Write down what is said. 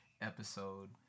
episode